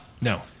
No